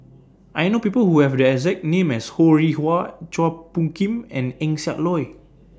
I know People Who Have The exact name as Ho Rih Hwa Chua Phung Kim and Eng Siak Loy